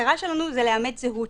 המטרה שלנו היא לאמת זהות,